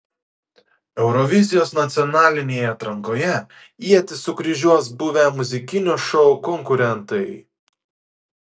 eurovizijos nacionalinėje atrankoje ietis sukryžiuos buvę muzikinio šou konkurentai